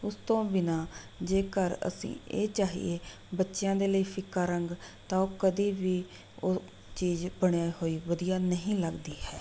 ਉਸ ਤੋਂ ਬਿਨਾ ਜੇਕਰ ਅਸੀਂ ਇਹ ਚਾਹੀਏ ਬੱਚਿਆਂ ਦੇ ਲਈ ਫਿੱਕਾ ਰੰਗ ਤਾਂ ਉਹ ਕਦੀ ਵੀ ਉਹ ਚੀਜ਼ ਬਣੀ ਹੋਈ ਵਧੀਆ ਨਹੀਂ ਲੱਗਦੀ ਹੈ